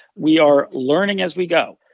we are learning as we go.